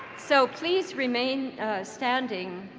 so please remain standing,